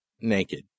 naked